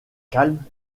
calme